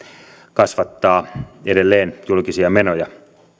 kasvattaa edelleen julkisia menoja